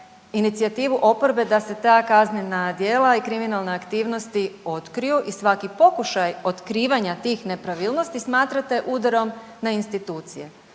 inicijativu oporbe da se ta kaznena djela i kriminalne aktivnosti otkriju i svaki pokušaj otkrivanja tih nepravilnosti smatrate udarom na institucije.